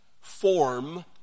form